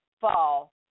fall